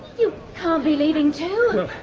you can't be leaving too!